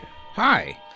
Hi